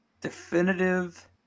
Definitive